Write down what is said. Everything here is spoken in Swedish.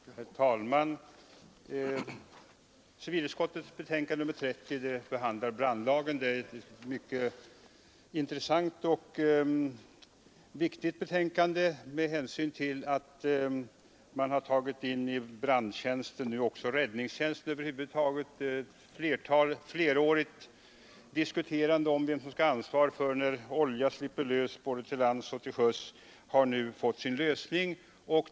Herr talman! Civilutskottets betänkande nr 30 behandlar brandlagen. Det är ett mycket intressant och viktigt betänkande med hänsyn till att man nu i brandtjänsten också har tagit in räddningstjänsten över huvud taget. Efter flerårigt diskuterande om vem som skall ha ansvaret när olja slipper lös till lands och till sjöss har den frågan nu fått sin lösning.